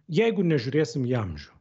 jeigu nežiūrėsim į amžių